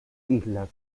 islas